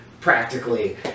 practically